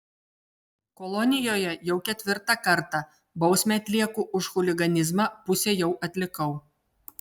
kolonijoje jau ketvirtą kartą bausmę atlieku už chuliganizmą pusę jau atlikau